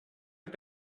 i’d